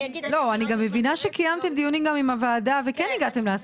אני מבינה שקיימתם דיונים גם עם הוועדה וכן הגעתם להסכמות.